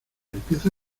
empieza